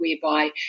whereby